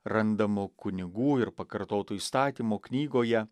randamu kunigų ir pakartotu įstatymų knygoje